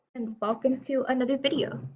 and welcome to another video.